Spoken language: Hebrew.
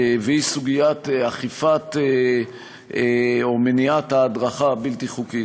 והיא סוגיית אכיפת או מניעת ההדרכה הבלתי-חוקית.